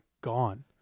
gone